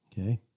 okay